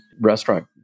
restaurant